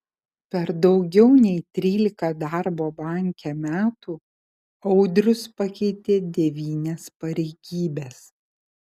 per daugiau nei trylika darbo banke metų audrius pakeitė devynias pareigybes